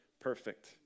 perfect